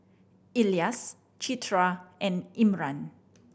Elyas Citra and Imran